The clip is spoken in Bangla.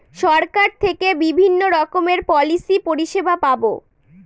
সরকার থেকে বিভিন্ন রকমের পলিসি পরিষেবা পাবো